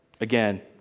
Again